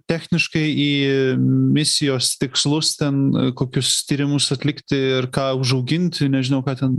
techniškai į misijos tikslus ten kokius tyrimus atlikti ir ką užauginti nežinau ką ten